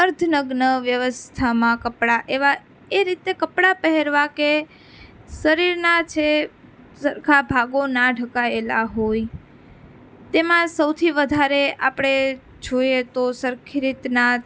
અર્થ નગ્ન વ્યવસ્થામાં કપડાં એવા એ રીતે કપડા પહેરવાં કે શરીરના છે સરખા ભાગો ન ઢંકાયેલા હોય તેમાં સૌથી વધારે આપણે જોઈએ તો સરખી રીતના